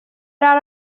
are